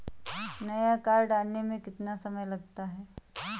नया कार्ड आने में कितना समय लगता है?